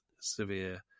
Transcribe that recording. severe